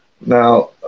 Now